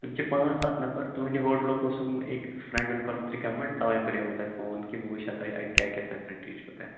تِم چھِ پانٛژھ سَتھ نفر تُہٕنٛدِ ہوٹلُک اوسُکھ أکۍ فرینٛڈن کوٚرمُت رِکَمَننٛڈ تَوے کَریو مےٚ تۄہہِ فون کہِ بہٕ ؤچھِ ہا تۄہہِ اَتہِ کیاہ کیاہ فٮ۪سَلٹیٖز چھو تۄہہِ